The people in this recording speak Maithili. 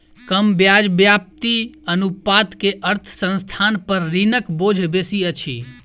कम ब्याज व्याप्ति अनुपात के अर्थ संस्थान पर ऋणक बोझ बेसी अछि